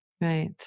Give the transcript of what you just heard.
right